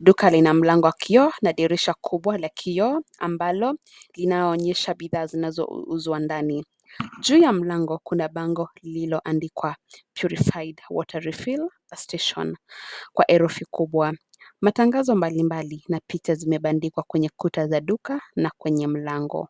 duka lina mlango wa kioo na dirisha kubwa la kioo ambalo, linaonyesha bidhaa zinazouzwa ndani, juu ya mlango kuna bango lililoandikwa, purified water refill station , kwa herufi kubwa, matangazo mbali mbali na picha, zimebandikwa kwenye dirisha na mlango.